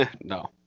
No